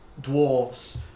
dwarves